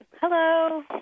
Hello